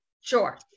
Sure